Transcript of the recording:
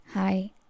Hi